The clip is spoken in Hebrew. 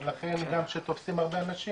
ולכן גם כשתופסים הרבה אנשים,